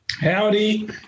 howdy